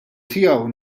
tiegħu